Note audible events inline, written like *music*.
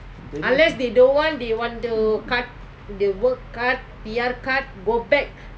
*noise*